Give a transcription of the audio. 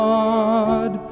God